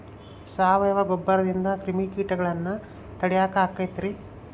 ಸಾವಯವ ಗೊಬ್ಬರದಿಂದ ಕ್ರಿಮಿಕೇಟಗೊಳ್ನ ತಡಿಯಾಕ ಆಕ್ಕೆತಿ ರೇ?